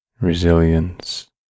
resilience